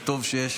וטוב שיש,